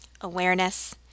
awareness